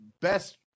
best